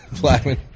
Blackman